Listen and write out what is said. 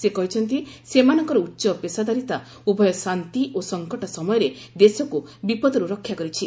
ସେ କହିଛନ୍ତି ସେମାନଙ୍କର ଉଚ୍ଚ ପେଶାଦାରିତା ଉଭୟ ଶାନ୍ତି ଓ ସଙ୍କଟ ସମୟରେ ଦେଶକୁ ବିପଦରୁ ରକ୍ଷା କରିଛି